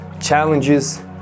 challenges